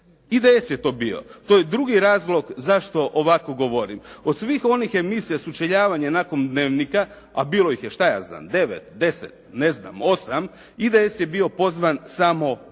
da je to bio IDS. To je drugi razlog zašto ovako govorim. Od svih onih emisija sučeljavanje nakon Dnevnika a bilo ih je devet, deset, osam IDS je bio pozvan samo jednom.